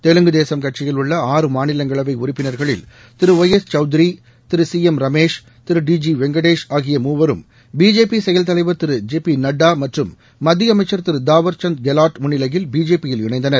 தெலுங்கு தேசம் கட்சியில் உள்ள ஆறு மாநிலங்களவை உறுப்பினர்களில் திரு ஒய் எஸ் சவுத்ரி திரு சி எம் ரமேஷ் திரு டி ஜி வெங்கடேஷ் ஆகிய மூவரும் பிஜேபி செயல் தலைவர் திரு ஜே பி நட்டா மற்றும் மத்திய அமைச்சர் திரு தவார் சந்த் கெலாட் முன்னிலையில் பிஜேபியில் இணைந்தனர்